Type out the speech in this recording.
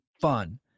fun